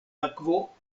akvo